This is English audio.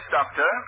Doctor